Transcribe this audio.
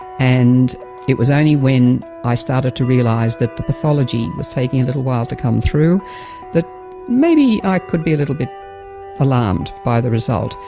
and it was only when i started to realise that the pathology was taking a little while to come through that maybe i could be a little bit alarmed by the result.